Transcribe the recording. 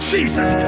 Jesus